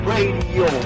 Radio